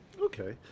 Okay